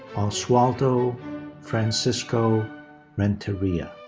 oswaldo francisco renteria.